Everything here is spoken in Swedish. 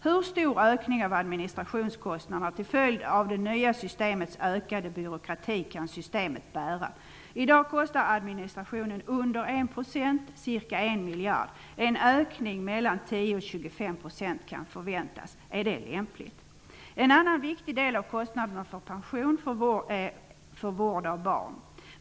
Hur stor ökning av administrationskostnaderna till följd av det nya systemets ökade byråkrati kan systemet bära? I dag kostar administrationen under 1 %, ca 1 miljard. En ökning mellan 10 och 25 % kan förväntas. Är det lämpligt? En annan viktig del är kostnaden för pension för vård av barn.